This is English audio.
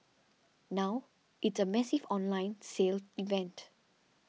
now it's a massive online sale event